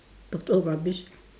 total rubbish